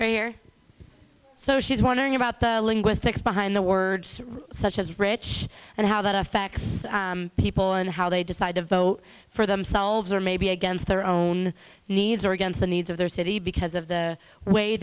seattle so she's wondering about the linguistics behind the words such as rich and how that affects people and how they decide to vote for themselves or maybe against their own needs or against the needs of their city because of the way